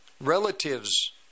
relatives